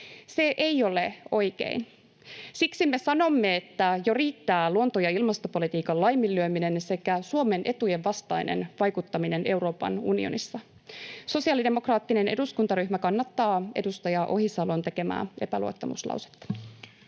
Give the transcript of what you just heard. Se ei ole oikein. Siksi me sanomme, että jo riittää luonto- ja ilmastopolitiikan laiminlyöminen sekä Suomen etujen vastainen vaikuttaminen Euroopan unionissa. Sosialidemokraattinen eduskuntaryhmä kannattaa edustaja Ohisalon tekemää epäluottamuslausetta.